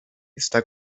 está